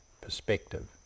perspective